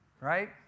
right